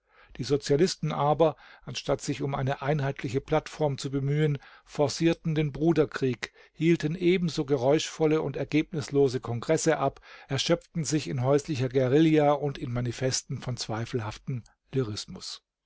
die sozialisten aber anstatt sich um eine einheitliche plattform zu bemühen forcierten den bruderkrieg hielten ebenso geräuschvolle und ergebnislose kongresse ab erschöpften sich in häuslicher guerilla und in manifesten von zweifelhaftem lyrismus